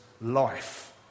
life